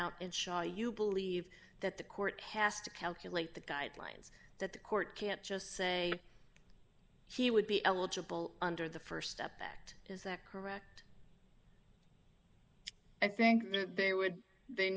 out in shall you believe that the court has to calculate the guidelines that the court can't just say he would be eligible under the st step ect is that correct i think that they would they